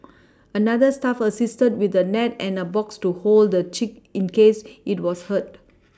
another staff assisted with a net and a box to hold the chick in case it was hurt